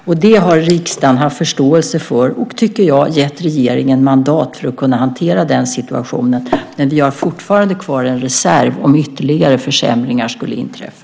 Och det har riksdagen haft förståelse för och, tycker jag, gett regeringen mandat för att kunna hantera den situationen. Men vi har fortfarande kvar en reserv om ytterligare försämringar skulle inträffa.